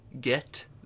get